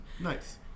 nice